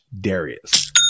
Darius